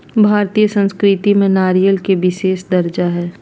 भारतीय संस्कृति में नारियल के विशेष दर्जा हई